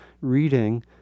reading